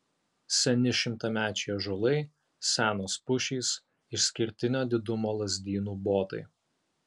seni šimtamečiai ąžuolai senos pušys išskirtinio didumo lazdynų botai